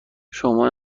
شما